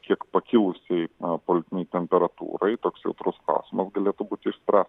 kiek pakilusiai politinei temperatūrai toks jautrus klausimas galėtų būti išspręstas